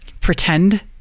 pretend